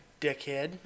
dickhead